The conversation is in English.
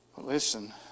Listen